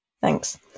thanks